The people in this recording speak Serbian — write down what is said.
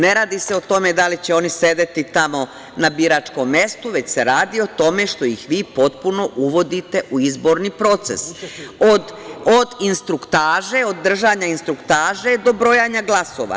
Ne radi se o tome da li će oni sedeti tamo na biračkom mestu, već se radi o tome što ih vi potpuno uvodite u izborni proces, od instruktaže, od držanja instruktaže do brojanja glasova.